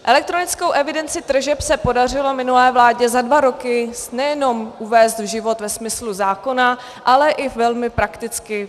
Elektronickou evidenci tržeb se podařilo minulé vládě za dva roky nejenom uvést v život ve smyslu zákona, ale i velmi prakticky.